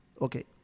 okay